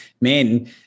men